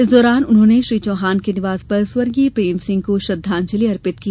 इस दौरान उन्होंने श्री चौहान के निवास पर स्वर्गीय प्रेम सिंह को श्रद्धांजलि अर्पित की